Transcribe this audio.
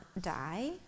die